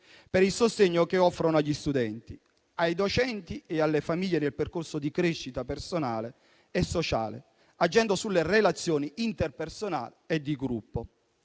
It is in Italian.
per il sostegno che offrono agli studenti, ai docenti e alle famiglie nel percorso di crescita personale e sociale, agendo sulle relazioni interpersonali e di gruppo.